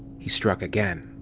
he struck again.